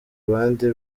abandi